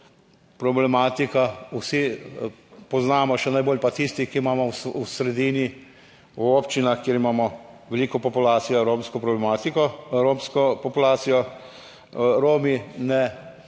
Problematika, vsi poznamo, še najbolj pa tisti, ki imamo v sredini, v občinah kjer imamo veliko populacijo, romsko problematiko, romsko populacijo. Romi ne